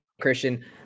Christian